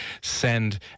send